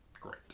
Great